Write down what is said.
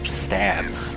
stabs